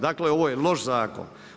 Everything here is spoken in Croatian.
Dakle ovo je loš zakon.